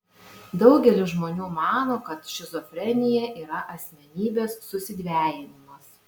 daugelis žmonių mano kad šizofrenija yra asmenybės susidvejinimas